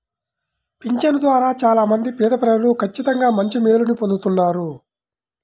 పింఛను ద్వారా చాలా మంది పేదప్రజలు ఖచ్చితంగా మంచి మేలుని పొందుతున్నారు